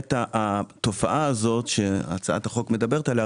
באמת התופעה הזאת שהצעת החוק מדברת עליה,